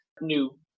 new